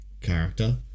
character